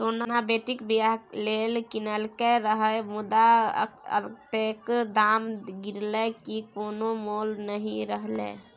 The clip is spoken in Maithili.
सोना बेटीक बियाह लेल कीनलकै रहय मुदा अतेक दाम गिरलै कि कोनो मोल नहि रहलै